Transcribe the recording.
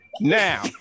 Now